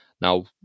Now